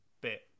bit